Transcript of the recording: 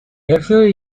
hierfür